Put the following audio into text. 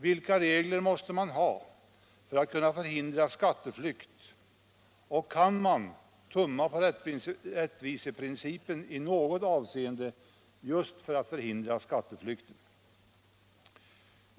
Vilka regler måste man ha för att kunna förhindra skatteflykt, och kan man tumma på rättviseprincipen i något avseende just för att förhindra skatteflykten?